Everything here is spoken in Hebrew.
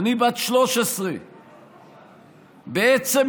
אני בת 13. בעצם,